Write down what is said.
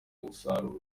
umusaruro